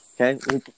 Okay